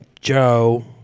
Joe